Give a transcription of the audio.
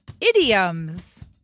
idioms